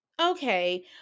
Okay